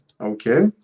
Okay